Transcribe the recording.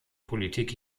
politik